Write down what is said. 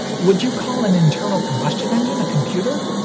would you call an internal combustion engine a computer?